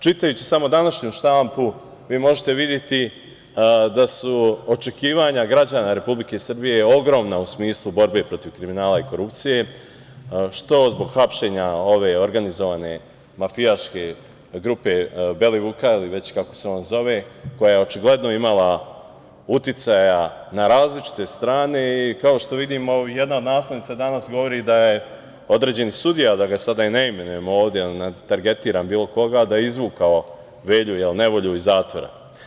Čitajući samo današnju štampu vi možete videti da su očekivanja građana Republike Srbije ogromna u smislu borbe protiv kriminala i korupcije, što zbog hapšenja ove organizovane, mafijaške grube Belivuka ili već kako se on zove, koja je očigledno imala uticaja na različite strane, i kao što vidimo jedna naslovnica danas govori da je određeni sudija, da ga sada ne imenujem ovde, da ne tergetiram bilo koga da je izvukao Velju Nevolju iz zatvora.